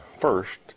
first